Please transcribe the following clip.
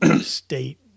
state